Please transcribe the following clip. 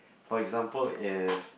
for example if